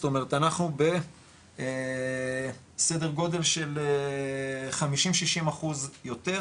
זאת אומרת אנחנו בסדר גודל של 50-60% יותר,